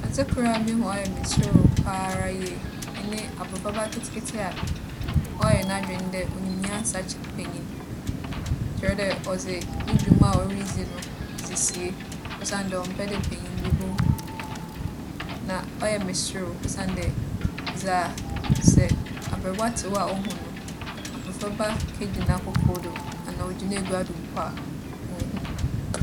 Adze kor a mehu a ͻyɛ me serew paa ara yie nye abofraba ketseketse a ͻyɛ n'adwen dɛ onyim nyansa kyɛn panyin. Kyerɛ dɛ, ͻdze no dwuma a oridzi no dze sie osiandɛ ͻmmpɛ dɛ panyin bi bohu. Na ͻyɛ me serew osiandɛ, dza sɛ aberwa tse hͻ ohu no, abofraba kegyina koko do, anaa ogyina egua do mpo a, onnhu.